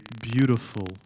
beautiful